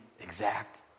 exact